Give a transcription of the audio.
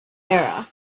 era